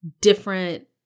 different